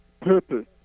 purpose